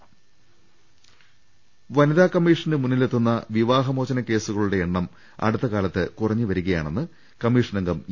അഭിട്ട്ടിട്ടുള് വനിതാ കമ്മീഷന് മുന്നിലെത്തുന്ന് വിവാഹമോചന കേസുകളുടെ എണ്ണം അടുത്തകാലത്ത് കുറഞ്ഞുവരികയാണെന്ന് കമ്മീഷനംഗം ഇ